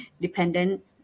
dependent